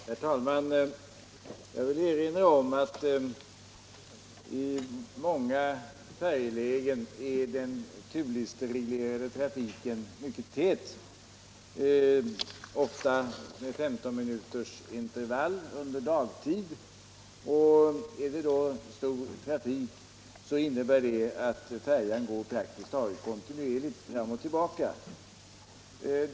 Herr talman! Jag vill erinra om att i många färjlägen är den turlistereglerade trafiken mycket tät, ofta med 15 minuters intervall under dagtid. Finns det ett stort trafikunderlag så går färjan praktiskt taget kontinuerligt fram och tillbaka.